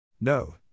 No